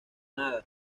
nada